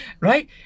right